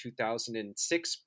2006